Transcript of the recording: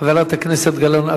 חברת הכנסת גלאון,